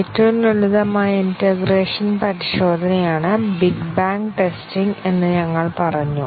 ഏറ്റവും ലളിതമായ ഇന്റേഗ്രേഷൻ പരിശോധനയാണ് ബിഗ് ബാങ് ടെസ്റ്റിംഗ് എന്ന് ഞങ്ങൾ പറഞ്ഞു